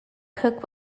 kook